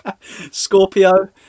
Scorpio